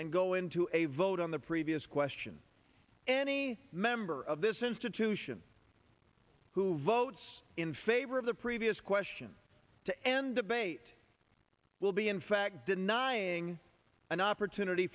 and go into a vote on the previous question any member of this institution who votes in favor of the previous question to end debate will be in fact denying an opportunity